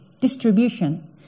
distribution